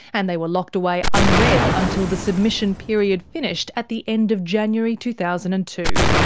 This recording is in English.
and they were locked away unread until the submission period finished at the end of january two thousand and two.